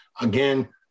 Again